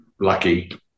lucky